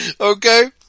okay